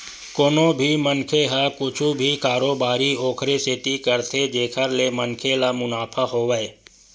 कोनो भी मनखे ह कुछु भी कारोबारी ओखरे सेती करथे जेखर ले मनखे ल मुनाफा होवय